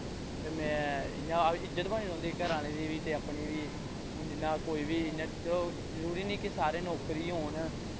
ते इ'यां इज्जत बनी रौंह्दी घर आह्लें दी बी ते अपनी बी हून कोई बी इ'यां जरूरी निं कि सारे नौकर गै होन